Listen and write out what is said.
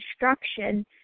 instruction